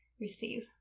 Receive